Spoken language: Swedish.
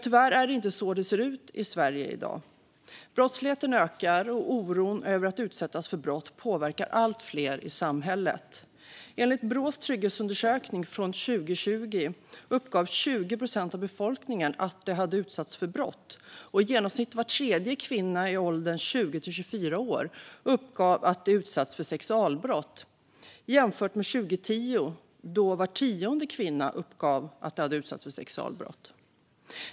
Tyvärr är det inte så det ser ut i Sverige i dag. Brottsligheten ökar, och oron över att utsättas för brott påverkar allt fler i samhället. Enligt Brås trygghetsundersökning från 2020 uppgav 20 procent av befolkningen att de hade utsatts för brott. I genomsnitt var tredje kvinna i åldern 20-24 år uppgav att hon utsatts för sexualbrott jämfört med 2010, då var tionde kvinna uppgav att hon hade utsatts för sexualbrott.